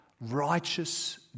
Righteous